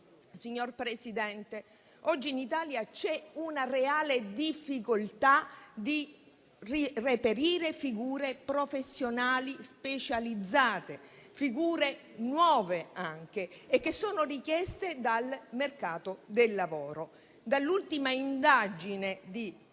Signor Presidente, oggi in Italia c'è una reale difficoltà di reperire figure professionali specializzate, figure nuove che sono richieste dal mercato del lavoro. Dall'ultima indagine di